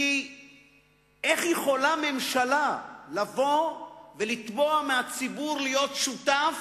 כי איך יכולה ממשלה לבוא ולתבוע מהציבור להיות שותף